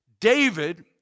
David